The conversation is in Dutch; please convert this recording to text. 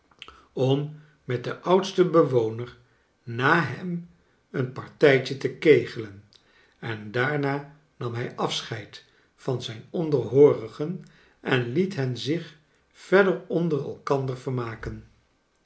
om met den oudsten bewoner na hem een partijtje te kegelen en daarna nam hij afscheid van zijn onderhoorigen en liet hen zich verder onder elkander vermaken